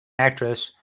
actress